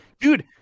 dude